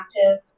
active